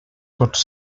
tots